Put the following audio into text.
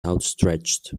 outstretched